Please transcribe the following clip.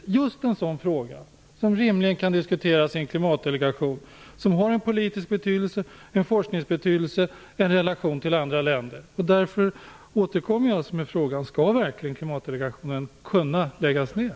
Detta är just en sådan fråga som kan diskuteras i en klimatdelegation, en delegation som har en politisk betydelse, betydelse för forskningen och för relationen med andra länder. Därför återkommer jag till frågan: Skall Klimatdelegationen verkligen kunna läggas ner?